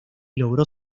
logró